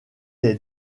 est